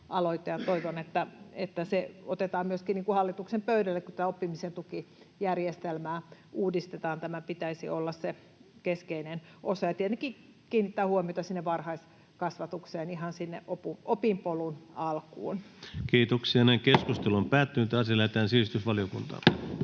toivon, että se otetaan myöskin hallituksen pöydälle, kun tätä oppimisen tukijärjestelmää uudistetaan. Tämän pitäisi olla se keskeinen osa. Ja tietenkin pitäisi kiinnittää huomiota sinne varhaiskasvatukseen, ihan sinne opinpolun alkuun. Lähetekeskustelua varten esitellään päiväjärjestyksen